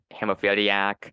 hemophiliac